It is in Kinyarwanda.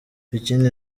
ikindi